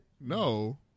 No